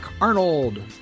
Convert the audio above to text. Arnold